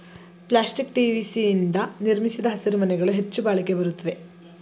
plastic PVC ನಿಂದ ನಿರ್ಮಿಸಿದ ಹಸಿರುಮನೆಗಳು ಹೆಚ್ಚು ಬಾಳಿಕೆ ಬರುತ್ವೆ